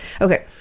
Okay